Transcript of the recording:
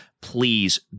please